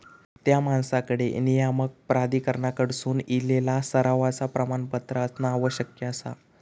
त्या माणसाकडे नियामक प्राधिकरणाकडसून इलेला सरावाचा प्रमाणपत्र असणा आवश्यक आसा